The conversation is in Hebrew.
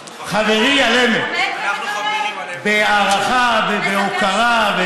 חברי על אמת, בהערכה ובהוקרה.